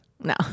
No